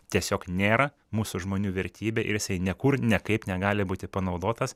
tiesiog nėra mūsų žmonių vertybė ir jisai niekur niekaip negali būti panaudotas